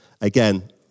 Again